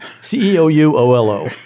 C-E-O-U-O-L-O